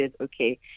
okay